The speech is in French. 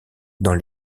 dans